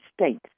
states